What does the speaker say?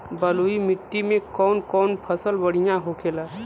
बलुई मिट्टी में कौन कौन फसल बढ़ियां होखेला?